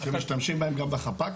אתם משתמשים בהם גם בחפ"קים?